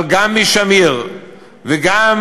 גם משמיר וגם